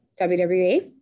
WWE